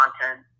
content